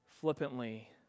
flippantly